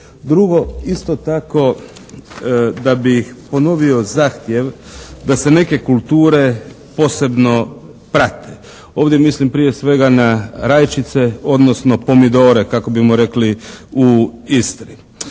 Drugo, isto tako da bih ponovio zahtjev da se neke kulture posebno prate. Ovdje mislim prije svega na rajčice, odnosno pomidore kako bimo rekli u Istri.